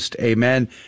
Amen